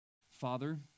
Father